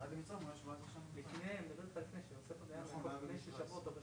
הפנייה כוללת התאמת תקציב המשרד לתחזיות